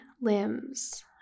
limbs